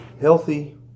healthy